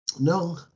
no